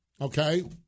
okay